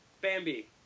Bambi